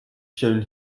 shown